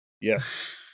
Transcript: Yes